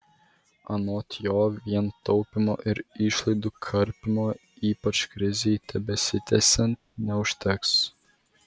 anot jo vien taupymo ir išlaidų karpymo ypač krizei tebesitęsiant neužteks